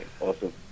Awesome